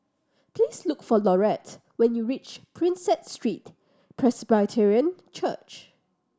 please look for Laurette when you reach Prinsep Street Presbyterian Church